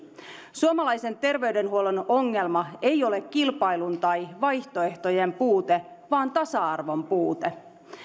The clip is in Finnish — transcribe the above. suomalaisen terveydenhuollon ongelma ei ole kilpailun tai vaihtoehtojen puute vaan tasa arvon puute